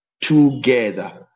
together